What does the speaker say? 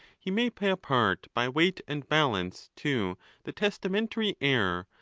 he may pay a part by weight and balance to the testamentary heir,